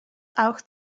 auch